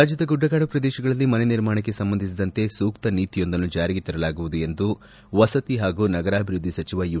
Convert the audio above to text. ರಾಜ್ದದ ಗುಡ್ಡಗಾಡು ಪ್ರದೇಶಗಳಲ್ಲಿ ಮನೆ ನಿರ್ಮಾಣಕ್ಕೆ ಸಂಬಂಧಿಸಿದಂತೆ ಸೂಕ್ತ ನೀತಿಯೊಂದನ್ನು ಜಾರಿಗೆ ತರಲಾಗುವುದು ಎಂದು ವಸತಿ ಹಾಗೂ ನಗರಾಭಿವೃದ್ದಿ ಸಚಿವ ಯು